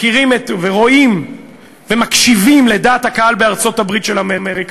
מכירים ורואים ומקשיבים לדעת הקהל בארצות-הברית של אמריקה,